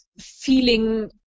feeling